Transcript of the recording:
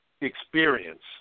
experience